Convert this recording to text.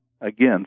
again